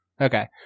okay